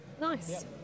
Nice